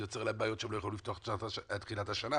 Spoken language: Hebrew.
זה יוצר להם בעיות שהם לא יוכלו לפתוח את תחילת השנה.